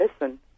listen